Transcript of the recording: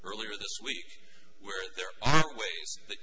earlier this week where there are ways that